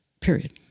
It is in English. Period